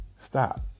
Stop